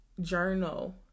journal